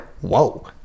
whoa